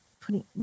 putting